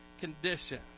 condition